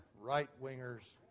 right-wingers